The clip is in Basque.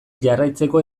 jarraitzeko